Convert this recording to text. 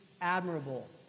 admirable